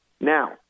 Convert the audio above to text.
Now